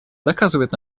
доказывает